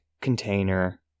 container